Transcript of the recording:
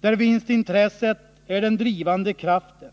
där vinstintresset är den drivande kraften.